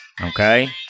okay